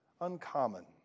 uncommon